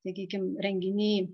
sakykim renginiai